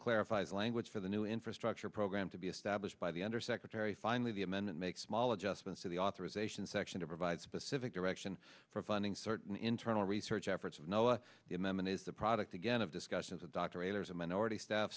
clarifies language for the new infrastructure program to be established by the under secretary finally the amendment make small adjustments to the authorization section to provide specific direction for funding certain internal research efforts of knowing the amendment is the product again of discussions of dr raiders and minority staff